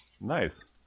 Nice